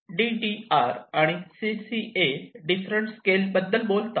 कारण D D R आणि C C A different scale बद्दल बोलतात